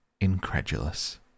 incredulous